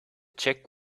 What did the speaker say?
check